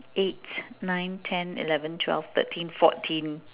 eight nine ten eleven twelve thirteen fourteen